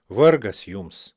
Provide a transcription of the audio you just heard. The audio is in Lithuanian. vargas jums